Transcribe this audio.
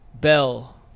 Bell